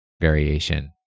variation